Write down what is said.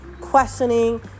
questioning